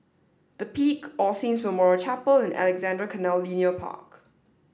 the Peak All Saints Memorial Chapel and Alexandra Canal Linear Park